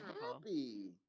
happy